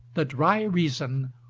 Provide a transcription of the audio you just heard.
the dry reason,